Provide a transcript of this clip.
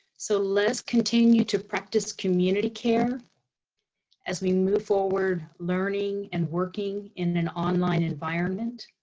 so let's continue to practice community care as we move forward learning and working in an online environment.